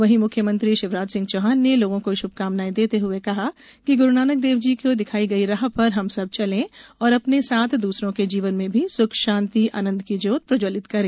वहीं मुख्यमंत्री शिवराज सिंह चौहान ने लोगों को शुभकामनाएं देते हुए कहा कि गुरुनानक देव जी की दिखाई राह पर हम सब चलें और अपने साथ दूसरों के जीवन में भी सुख शांति आनंद की ज्योत प्रज्ज्वलित करें